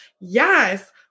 Yes